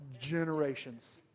Generations